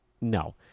no